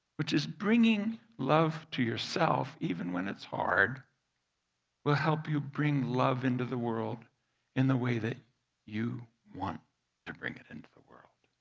which is bringing love to yourself even when it's hard will help you bring love into the world in the way that you want to bring it into the world.